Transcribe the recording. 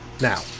Now